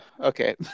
okay